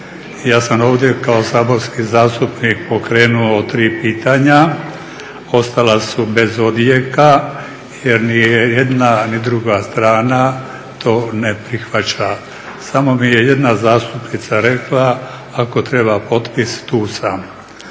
Ja sam ovdje kao saborski zastupnik pokrenuo tri pitanja, ostala su bez odjeka jer nije jedna ni druga strana to ne prihvaća. Samo mi je jedna zastupnica rekla ako treba potpis tu sam,